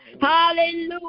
hallelujah